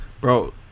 Bro